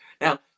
Now